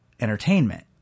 entertainment